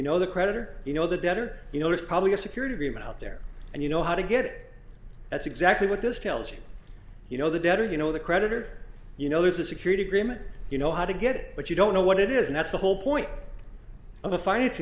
know the creditor you know the debtor you know it's probably a security agreement out there and you know how to get it that's exactly what this tells you you know the better you know the creditor you know there's a security agreement you know how to get it but you don't know what it is and that's the whole point of a financi